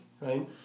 right